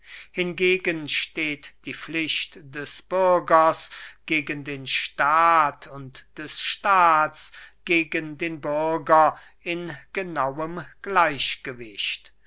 hingegen steht die pflicht des bürgers gegen den staat und des staats gegen den bürger in genauem gleichgewicht